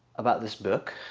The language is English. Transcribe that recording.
about this book.